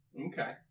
Okay